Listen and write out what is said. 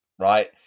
right